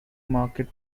market